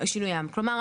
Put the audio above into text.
כלומר,